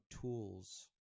tools